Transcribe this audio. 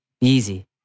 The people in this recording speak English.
Easy